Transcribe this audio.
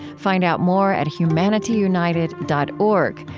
find out more at humanityunited dot org,